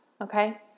Okay